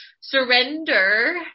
surrender